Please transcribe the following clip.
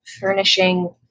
furnishing